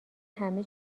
همه